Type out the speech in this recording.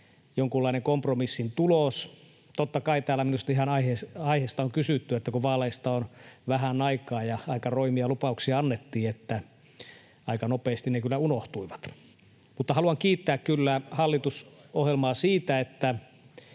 jonkunlainen kompromissin tulos. Totta kai täällä minusta ihan aiheesta on kysytty, että kun vaaleista on vähän aikaa ja aika roimia lupauksia annettiin, niin aika nopeasti ne kyllä unohtuivat. [Sheikki Laakson välihuuto] Mutta haluan kiittää kyllä hallitusohjelmaa siitä, että